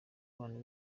abantu